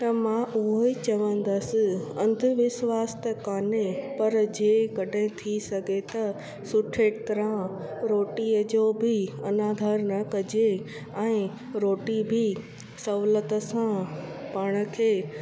त मां उओ ई चवंदसि अंधविश्वास त कोन्हे पर जेकॾहिं थी सघे त सुठी तरह रोटीअ जो बि अनादर न कजे ऐं रोटी बि सहुलियत सां पाण खे